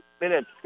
minutes